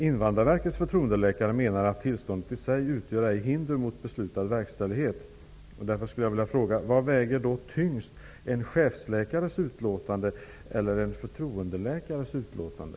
Invandrarverkets förtroendeläkare menar att hennes tillstånd i sig ej utgör hinder mot beslutad verkställighet. Därför skulle jag vilja fråga: Vad väger tyngst, en chefsläkares utlåtande eller en förtroendeläkares utlåtande?